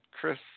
Chris